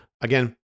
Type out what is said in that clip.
again